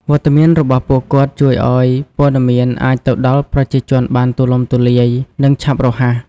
វត្តមានរបស់ពួកគាត់ជួយឲ្យព័ត៌មានអាចទៅដល់ប្រជាជនបានទូលំទូលាយ និងឆាប់រហ័ស។